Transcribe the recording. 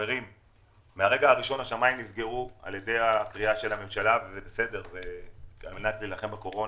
אבל מהרגע הראשון השמים נסגרו אחרי קריאה של הממשלה כדי להילחם בקורונה.